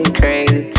crazy